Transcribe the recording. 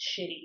shitty